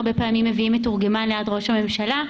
הרבה פעמים מביאים מתורגמן ליד ראש הממשלה,